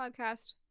podcast